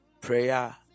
prayer